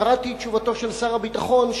קראתי את תשובת שר הביטחון,